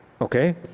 okay